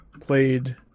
played